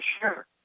sure